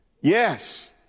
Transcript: Yes